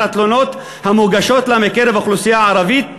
התלונות המוגשות לה מקרב האוכלוסייה הערבית,